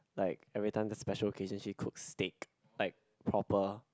like everytime there's special occasion she cooks steak like proper